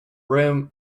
rim